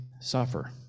suffer